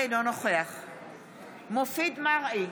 אינו נוכח מופיד מרעי,